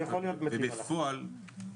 אני